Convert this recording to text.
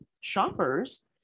shoppers